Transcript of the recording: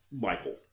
Michael